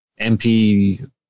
MP